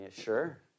sure